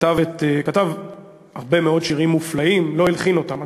שכתב הרבה מאוד שירים מופלאים, אגב,